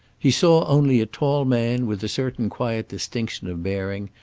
he saw only a tall man with a certain quiet distinction of bearing,